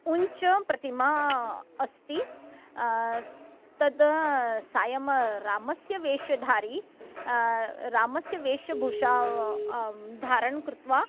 उच्चा प्रतिमा अस्ति तत् सायं रामस्य वेशधारी रामस्य वेशभूषायाः धारणं कृत्वा